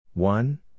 One